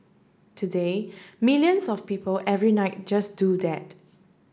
today millions of people every night just do that